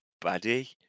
buddy